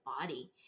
body